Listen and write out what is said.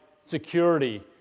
security